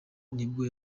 nibwo